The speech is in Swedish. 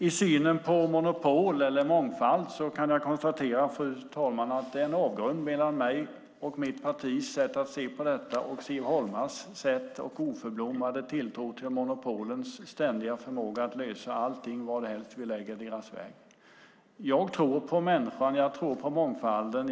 I synen på monopol eller mångfald kan jag konstatera att det är en avgrund mellan mitt partis sätt att se på detta och Siv Holmas sätt i hennes oförblommerade tilltro till monopolens ständiga förmåga att lösa allting, vadhelst vi lägger i deras väg. Jag tror på människan, och jag tror på mångfalden.